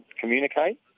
communicate